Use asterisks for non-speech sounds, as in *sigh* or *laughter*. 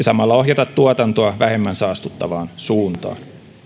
*unintelligible* samalla ohjata tuotantoa vähemmän saastuttavaan suuntaan